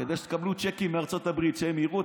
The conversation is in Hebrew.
כדי שתקבלו צ'קים מארצות הברית, שהם יראו.